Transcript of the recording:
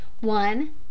one